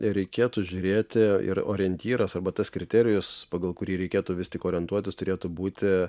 reikėtų žiūrėti ir orientyras arba tas kriterijus pagal kurį reikėtų vis tik orientuotis turėtų būti